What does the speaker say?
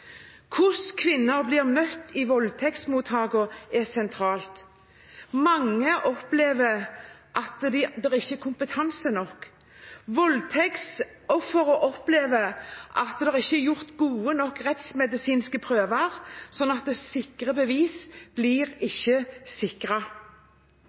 Hvordan kvinner blir møtt i voldtektsmottaket, er sentralt. Mange opplever at det ikke er kompetanse nok. Voldtektsofre opplever at det ikke er tatt gode nok rettsmedisinske prøver, slik at bevis ikke blir